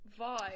vibe